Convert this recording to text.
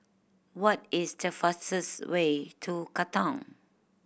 what is the fastest way to Katong